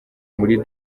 muri